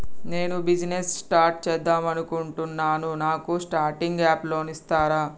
నేను business start చేద్దామనుకుంటున్నాను నాకు స్టార్టింగ్ అప్ లోన్ ఇస్తారా?